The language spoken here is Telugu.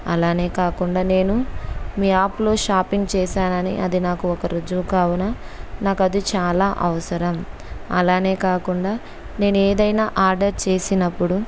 అలానే కాకుండా నేను మీ యాప్లో షాపింగ్ చేసానని అది నాకు ఒక రుజువు కావున నాకది చాలా అవసరం అలానే కాకుండా నేను ఏదైనా ఆర్డర్ చేసినప్పుడు